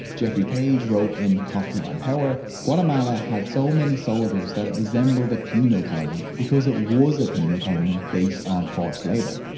jeffrey paige wrote in coffee and power, guatemala had so many soldiers that it resembled a penal colony because it was a penal colony based on forced labor.